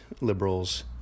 liberals